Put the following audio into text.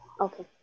Okay